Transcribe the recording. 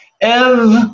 Ev